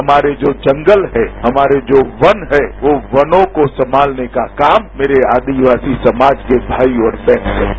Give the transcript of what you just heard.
हमारे जो जंगल हैं हमारे जो वन हैं उन वनों को संभालने का काम मेरे आदिवाती समाज के भाई और बहन कर रहे हैं